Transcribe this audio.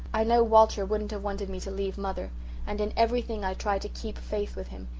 i know walter wouldn't have wanted me to leave mother and in everything i try to keep faith with him,